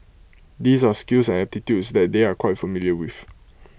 these are skills and aptitudes that they are quite familiar with